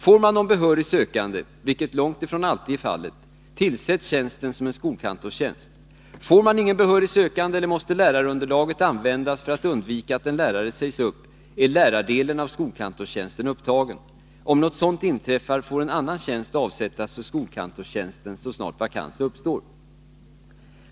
Får man någon behörig sökande — vilket långt ifrån alltid är fallet — tillsätts tjänsten som en skolkantorstjänst. Får man ingen behörig sökande, eller måste lärarunderlaget användas för att undvika att en lärare sägs upp, är lärardelen av skolkantorstjänsten upptagen. Om något sådant inträffar, får en annan tjänst avsättas för skolkantorstjänsten så snart vakans uppstår.